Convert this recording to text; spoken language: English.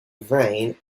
vain